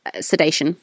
sedation